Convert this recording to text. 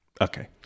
Okay